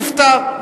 נפטר.